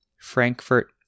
Frankfurt